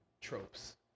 tropes